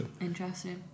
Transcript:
Interesting